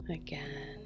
again